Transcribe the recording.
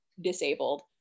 disabled